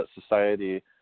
society